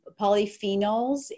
polyphenols